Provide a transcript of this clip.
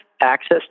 access